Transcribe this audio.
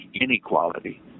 inequality